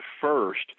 first